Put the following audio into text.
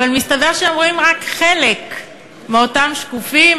אבל מסתבר שהם רואים רק חלק מאותם שקופים,